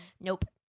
Nope